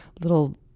little